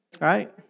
right